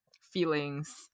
feelings